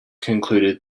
concluded